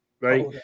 right